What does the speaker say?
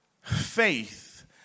faith